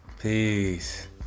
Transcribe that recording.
Peace